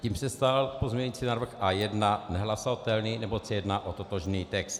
Tím se stal pozměňující návrh A1 nehlasovatelný, neboť se jedná o totožný text.